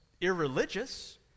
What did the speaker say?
irreligious